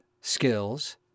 skills